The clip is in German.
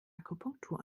akupunktur